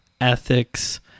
ethics